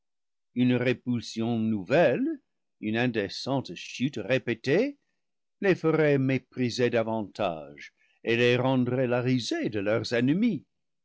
une répul sion nouvelle une indécente chute répétée les feraient mépri ser davantage et les rendraient la risée de leurs ennemis